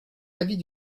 l’avis